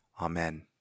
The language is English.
Amen